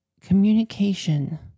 communication